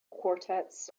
quartets